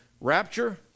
Rapture